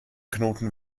knoten